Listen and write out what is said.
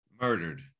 Murdered